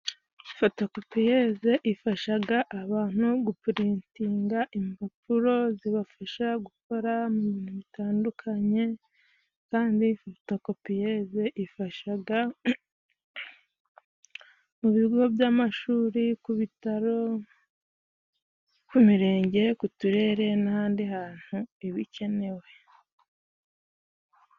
Fotokupiyeze ifashaga abantu gupurintinga impapuro zibafasha gukora mu bintu bitandukanye kandi fotokopiyeze ifashaga mu bigo by'amashuri, ku bitaro ,ku mirenge, ku turere n'ahandi hantu iba ikenewe.